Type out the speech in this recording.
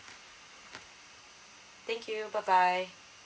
thank you bye bye